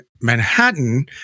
Manhattan